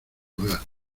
hogar